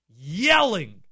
yelling